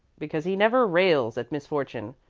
because he never rails at misfortune,